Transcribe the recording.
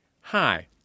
Hi